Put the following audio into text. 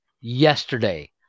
yesterday